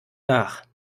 nach